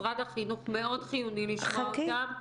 משרד החינוך, מאוד חיוני לשמוע אותם.